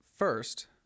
First